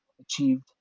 achieved